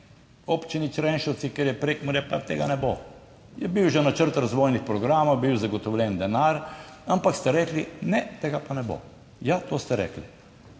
Občini Črenšovci, kjer je Prekmurje, pa tega ne bo." Je bil že načrt razvojnih programov, bil je zagotovljen denar, ampak ste rekli, "ne, tega pa ne bo." Ja, to ste rekli.